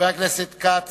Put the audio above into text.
חבר הכנסת כץ,